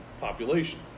population